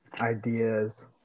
ideas